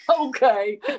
okay